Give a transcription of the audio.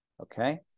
Okay